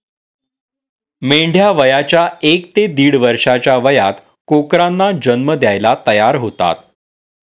मेंढ्या वयाच्या एक ते दीड वर्षाच्या वयात कोकरांना जन्म द्यायला तयार होतात